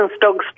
dogs